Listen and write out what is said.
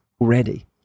Already